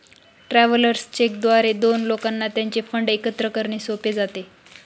travellers cheque द्वारे दोन लोकांना त्यांचे फंड एकत्र करणे सोपे जाते